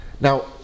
Now